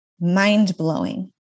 mind-blowing